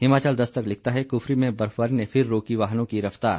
हिमाचल दस्तक लिखता है कुफरी में बर्फबारी ने फिर रोकी वाहनों की रफ्तार